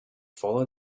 follow